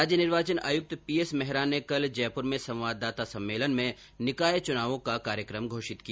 राज्य निर्वाचन आयुक्त पी एस मेहरा ने कल जयपुर में संवाददाता सम्मेलन में निकाय चुनावों का कार्यक्रम घोषित किया